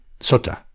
sota